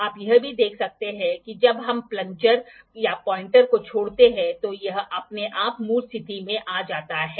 आप यह भी देख सकते हैं कि जब हम प्लंजर या पॉइंटर को छोड़ते हैं तो यह अपने आप मूल स्थिति में आ जाता है